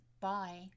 Bye